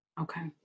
okay